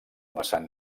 vessant